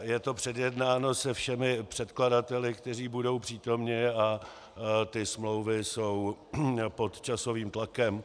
Je to předjednáno se všemi předkladateli, kteří budou přítomni, a ty smlouvy jsou pod časovým tlakem.